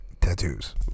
Tattoos